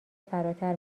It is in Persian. فراتر